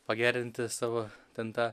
pagerinti savo ten tą